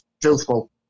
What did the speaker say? truthful